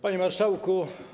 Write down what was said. Panie Marszałku!